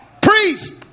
Priest